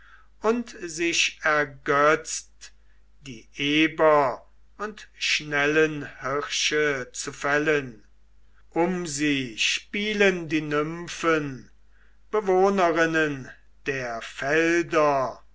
und sich ergötzt die eber und schnellen hirsche zu fällen um sie spielen die nymphen bewohnerinnen der felder